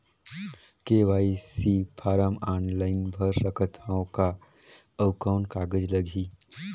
KYC form online भर सकत हवं का? अउ कौन कागज लगही?